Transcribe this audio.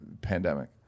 pandemic